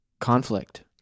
conflict